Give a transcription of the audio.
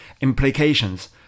implications